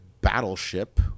battleship